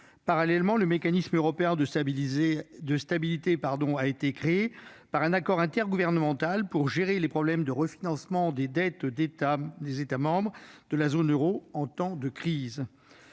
parallèle, le Mécanisme européen de stabilité a été créé par accord intergouvernemental pour gérer les problèmes de refinancement des dettes des États membres de la zone euro en temps de crise.